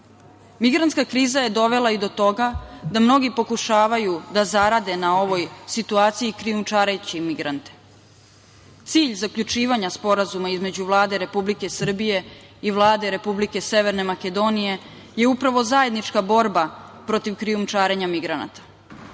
kriza je dovela i do toga da mnogi pokušavaju da zarade na ovoj situaciji krijumčareći migrante. Cilj zaključivanja Sporazuma između Vlade Republike Srbije i Vlade Republike Severne Makedonije je upravo zajednička borba protiv krijumčarenja migranata.